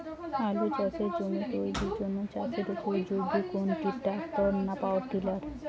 আলু চাষের জমি তৈরির জন্য চাষের উপযোগী কোনটি ট্রাক্টর না পাওয়ার টিলার?